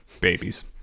babies